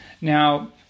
Now